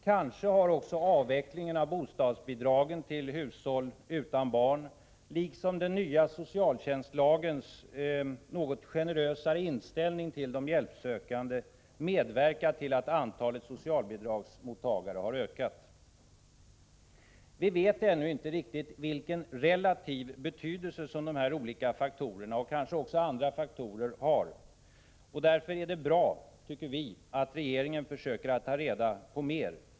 Kanske har också avvecklingen av bostadsbidragen för hushåll utan barn, liksom den nya socialtjänstlagens något generösare inställning till de hjälpsökande medverkat till att antalet socialbidragsmottagare ökat. Vi vet ännu inte vilken relativ betydelse dessa faktorer, och eventuellt andra faktorer, har. Därför är det bra att regeringen försöker ta reda på mer om det.